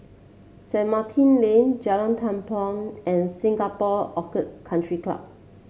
Saint Martin Lane Jalan Tampang and Singapore Orchid Country Club